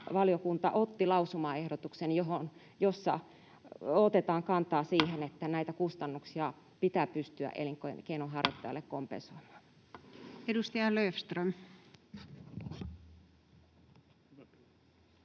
valiokunta otti lausumaehdotuksen, jossa otetaan kantaa siihen, että näitä kustannuksia pitää pystyä elinkeinonharjoittajalle kompensoimaan. [Speech 251]